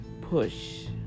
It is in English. push